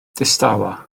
distawa